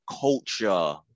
culture